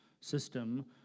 system